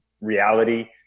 reality